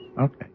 Okay